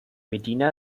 medina